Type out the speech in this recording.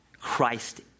Christ